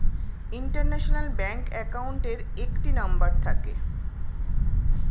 international bank অ্যাকাউন্টের একটি number থাকে